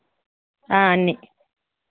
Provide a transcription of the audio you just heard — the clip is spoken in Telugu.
అన్నీ